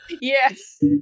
Yes